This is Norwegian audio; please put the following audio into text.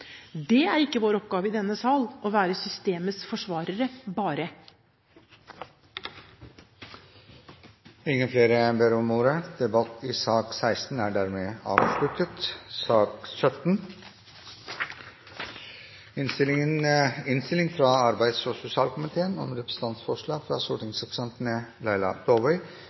Det er ikke vår oppgave i denne sal å være systemets forsvarere – i alle fall ikke bare det. Flere har ikke bedt om ordet til sak nr. 16. Etter ønske fra arbeids- og sosialkomiteen